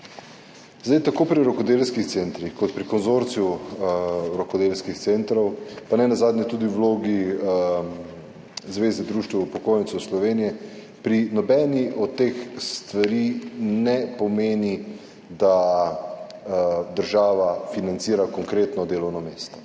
Tako pri rokodelskih centrih kot pri konzorciju rokodelskih centrov, pa nenazadnje tudi v vlogi Zveze društev upokojencev Slovenije, pri nobeni od teh stvari ne pomeni, da država financira konkretno delovno mesto.